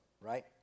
right